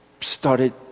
started